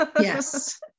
yes